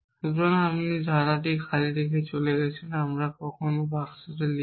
সুতরাং আপনি এই খালি ধারাটি রেখে গেছেন আমরা কখনও বাক্স দিয়ে লিখি